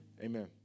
amen